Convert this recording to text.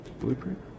blueprint